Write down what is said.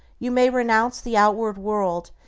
you may renounce the outward world,